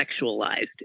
sexualized